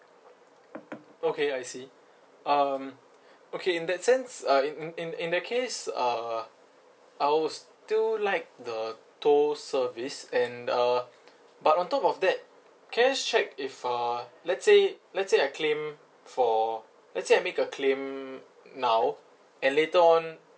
okay I see um okay in that sense uh in in in that case uh I will still like the tow service and uh but on top of that can I just check if uh let's say let's say I claim for let's say I make a claim now and later on